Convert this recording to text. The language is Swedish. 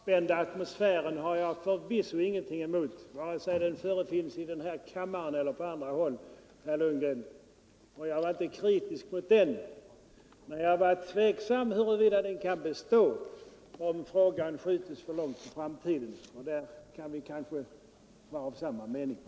Herr talman! Den lugna och avspända atmosfären har jag förvisso ingenting emot, vare sig den finns i den här kammaren eller på andra håll, herr Lundgren. Jag var inte kritisk mot den, men jag var tveksam till huruvida den kan bestå om frågan skjuts för långt in i framtiden. Där kan vi kanske vara av samma mening.